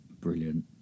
Brilliant